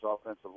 offensive